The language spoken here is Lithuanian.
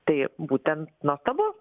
tai būtent nuostabu